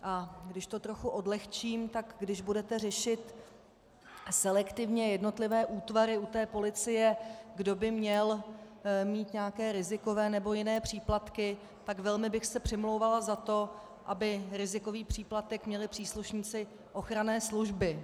A když to trochu odlehčím, tak když budete řešit selektivně jednotlivé útvary u té policie, kdo by měl mít nějaké rizikové nebo jiné příplatky, tak bych se velmi přimlouvala za to, aby rizikový příplatek měli příslušníci ochranné služby.